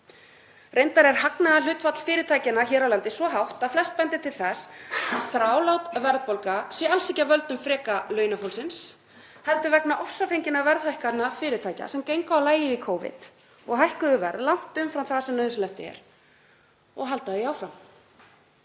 Reyndar er hagnaðarhlutfall fyrirtækjanna hér á landi svo hátt að flest bendir til þess að þrálát verðbólga sé alls ekki af völdum freka launafólksins heldur vegna ofsafenginna verðhækkana fyrirtækja sem gengu á lagið í Covid og hækkuðu verð langt umfram það sem nauðsynlegt er og halda því áfram.